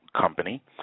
company